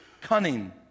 cunning